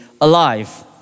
alive